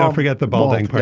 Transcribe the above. um forget the ball thing.